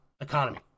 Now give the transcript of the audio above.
economy